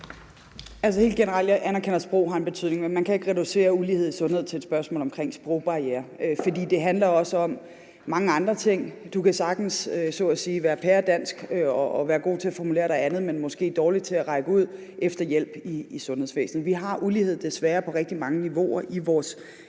Helt generelt anerkender jeg, at sprog har en betydning, men man kan ikke reducere uligheden i sundhed til et spørgsmål om sprogbarrierer. For det handler jo også om mange andre ting. Du kan så at sige sagtens være pæredansk og være god til at formulere dig og andet, men måske dårlig til at række ud efter hjælp i sundhedsvæsenet. Vi har desværre ulighed på rigtig mange niveauer i vores